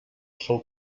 sol